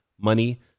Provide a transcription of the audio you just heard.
money